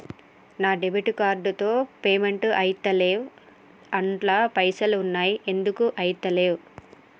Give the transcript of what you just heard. నా debit card తో payment ఐతలేవ్ అండ్ల పైసల్ ఉన్నయి ఎందుకు ఐతలేవ్?